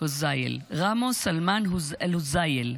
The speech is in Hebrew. רמו סלמאן אלהוזייל.